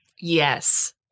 Yes